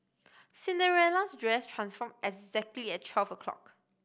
Cinderella's dress transformed exactly at twelve o'clock